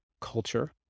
Culture